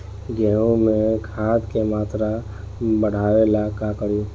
गेहूं में खाद के मात्रा बढ़ावेला का करी?